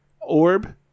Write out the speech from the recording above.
orb